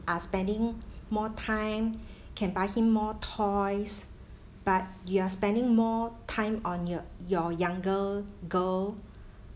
are spending more time can buy him more toys but you are spending more time on your your younger girl